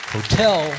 Hotel